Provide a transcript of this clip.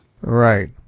Right